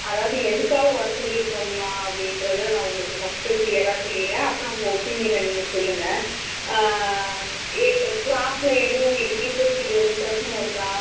அதாவது எதுக்காக வர சொல்லிருக்கோம்மா அப்படின்றத நான் உங்களுக்கு ஃபர்ஸ்ட்டு க்ளீயராக சொல்லிர்றேன் அப்புறம் உங்கள் ஒப்பீனியனை நீங்கள் சொல்லுங்கள் எ எ க்ளாஸில் எதுவும் உங்களுக்கு டீச்சர்ஸ்கிட்ட எதுவும் பிரச்சனை இருக்கா